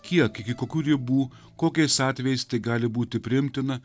kiek iki kokų ribų kokiais atvejais tai gali būti priimtina